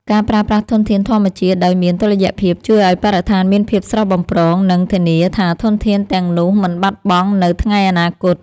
ការប្រើប្រាស់ធនធានធម្មជាតិដោយមានតុល្យភាពជួយឱ្យបរិស្ថានមានភាពស្រស់បំព្រង និងធានាថាធនធានទាំងនោះមិនបាត់បង់នៅថ្ងៃអនាគត។